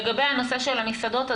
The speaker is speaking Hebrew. לגבי הנושא של המסעדות,